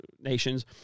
nations